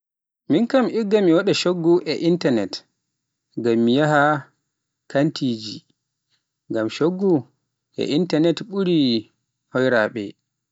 Igga waɗa coggu e intanet ngam mi yaha kantiiji, ngam cuggo e intanet ɓuri hoyraaɓe.